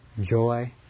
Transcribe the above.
joy